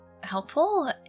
helpful